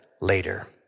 later